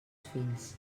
fins